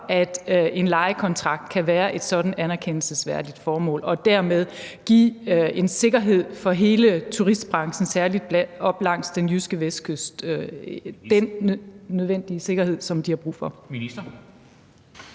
at en lejekontrakt kan være et sådant anerkendelsesværdigt formål, og dermed give en sikkerhed for hele turistbranchen, særlig op langs den jyske vestkyst – den nødvendige sikkerhed, som de har brug for. Kl.